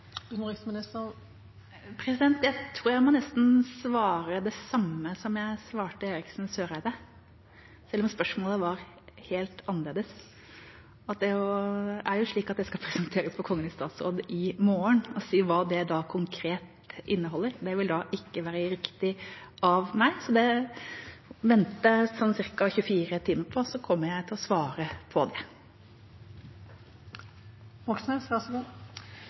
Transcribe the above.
Jeg tror jeg nesten må svare det samme som jeg svarte representanten Eriksen Søreide, selv om spørsmålet var helt annerledes. Det er slik at det skal presenteres for Kongen i statsråd i morgen. Å si hva det konkret inneholder, vil da ikke være riktig av meg. Om man venter sånn ca. 24 timer, kommer jeg til å svare på